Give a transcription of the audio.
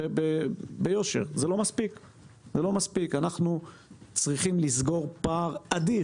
הוא לא מוותר לאף אחד.